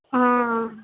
ஆ